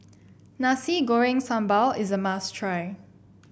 Nasi Goreng Sambal is a must try